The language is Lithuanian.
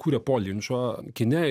kuria po linčo kine